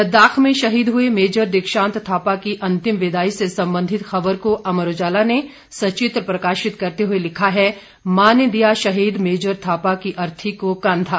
लददाख में शहीद हए मेजर दीक्षांत थापा की अंतिम विदाई से संबंधित खबर को अमर उजाला ने सचित्र प्रकाशित करते हुए लिखा है मां ने दिया शहीद मेजर थापा की अर्थी को कंधा